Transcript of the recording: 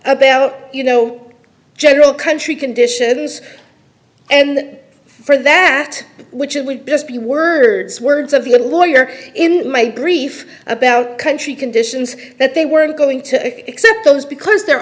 about you know general country conditions and for that which it would best be words words of the lawyer in my brief about country conditions that they were going to accept those because there